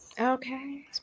Okay